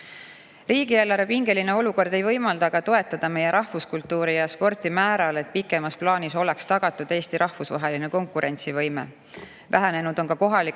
pärast. Riigieelarve pingeline olukord ei võimalda aga toetada meie rahvuskultuuri ja sporti määral, et pikemas plaanis oleks tagatud Eesti rahvusvaheline konkurentsivõime. Vähenenud on ka kohalike